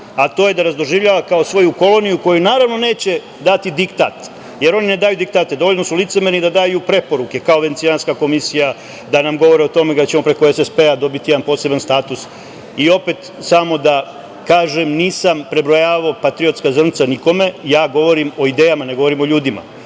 a to je da nas doživljava kao svoju koloniju, koju naravno neće dati diktat, jer oni ne daju diktate, dovoljno su licemerni da daju preporuke kao Venecijanska komisija, da nam govore o tome da ćemo SPP dobiti jedan poseban status. Samo da kažem nisam prebrojavao patriotska zrnca nikome. Ja govorim o idejama, ne govorim o ljudima.